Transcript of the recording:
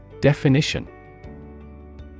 Definition